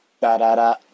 da-da-da